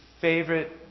favorite